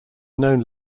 known